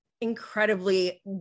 incredibly